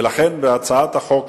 ולכן בהצעת החוק,